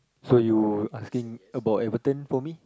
so you asking about Everton for me